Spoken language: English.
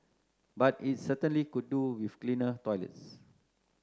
but it's certainly could do with cleaner toilets